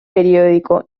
periódico